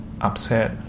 upset